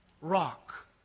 rock